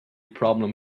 problem